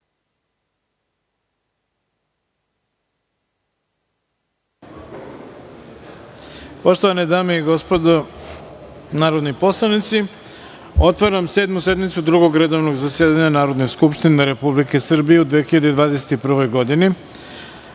Poštovane dame i gospodo narodni poslanici, otvaram Sedmu sednicu Drugog redovnog zasedanja Narodne skupštine Republike Srbije u 2021. godini. Na